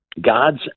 God's